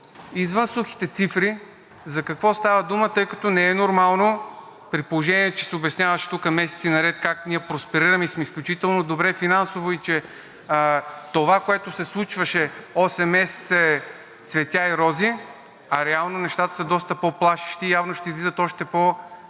извън сухите цифри за какво става дума, тъй като не е нормално, при положение че се обясняваше тук месеци наред как ние просперираме и сме изключително добре финансово и че това, което се случваше осем месеца, е цветя и рози, а реално нещата са доста по-плашещи, явно ще излизат още по-притеснителни